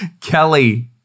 Kelly